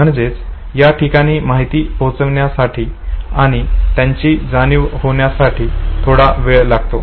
म्हणजेच या ठिकाणी माहिती पोहोचण्यासाठी आणि त्याची जाणीव होण्यासाठी थोडा वेळ लागतो